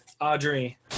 Audrey